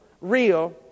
real